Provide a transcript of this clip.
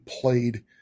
played